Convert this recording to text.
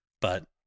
but-